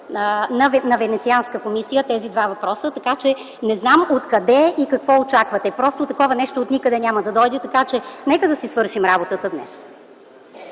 на Венецианска комисия тези два въпроса. Така че не знам откъде и какво очаквате. Просто такова нещо отникъде няма да дойде, така че нека да си свършим работата днес.